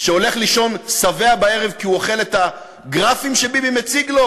שהולך לישון שבע בערב כי הוא אוכל את הגרפים שביבי מציג לו?